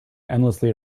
endlessly